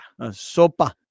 sopa